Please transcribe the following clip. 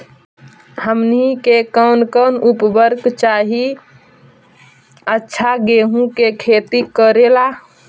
हमनी के कौन कौन उर्वरक चाही अच्छा गेंहू के खेती करेला?